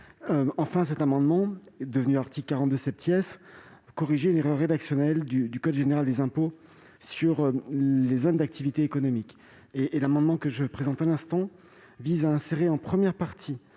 Enfin, cet amendement devenu l'article 42 a pour objet de corriger une erreur rédactionnelle du code général des impôts sur les zones d'activités économiques. L'amendement que je présente aujourd'hui vise à insérer, en première partie